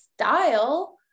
style